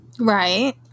right